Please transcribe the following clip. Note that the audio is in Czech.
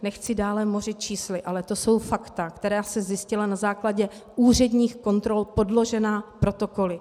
Nechci vás dále mořit čísly, ale to jsou fakta, která se zjistila na základě úředních kontrol, podložená protokoly.